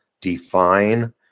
define